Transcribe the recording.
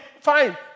fine